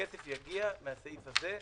הכסף יגיע מהסעיף הזה.